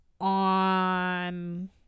on